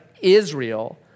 Israel